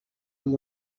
amb